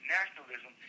nationalism